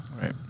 Right